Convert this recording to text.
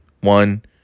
one